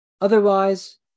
Otherwise